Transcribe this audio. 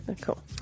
Cool